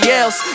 else